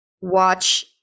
watch